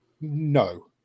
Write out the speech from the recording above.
no